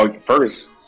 first